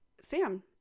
Sam